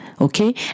Okay